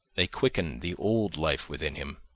they quickened the old life within him,